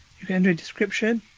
you can enter a description.